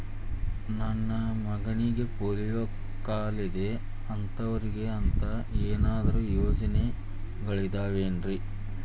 ನನ್ನ ಮಗನಿಗ ಪೋಲಿಯೋ ಕಾಲಿದೆ ಅಂತವರಿಗ ಅಂತ ಏನಾದರೂ ಯೋಜನೆಗಳಿದಾವೇನ್ರಿ?